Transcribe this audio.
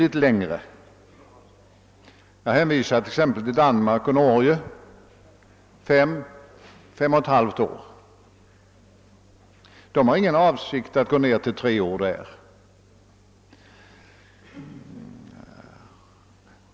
Jag vill här bara hänvisa till att man i Danmark och Norge har fem eller fem och ett halvt år, och man har där ingen avsikt att gå ner till tre år.